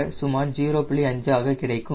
5 ஆக கிடைக்கும்